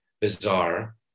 bizarre